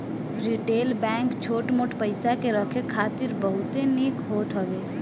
retail bank छोट मोट पईसा के रखे खातिर बहुते निक होत हवे